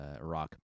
Iraq